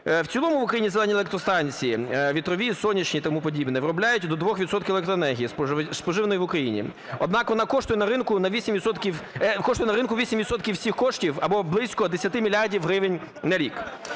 В цілому в Україні "зелені" електростанції, вітрові, сонячні і тому подібне виробляють до 2 відсотків електроенергії, споживаної в Україні. Однак вона коштує на ринку 8 відсотків всіх коштів або близько 10 мільярдів гривень на рік.